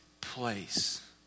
place